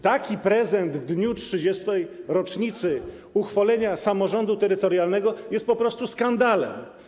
Taki prezent w 30. rocznicę uchwalenia samorządu terytorialnego jest po prostu skandalem.